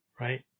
Right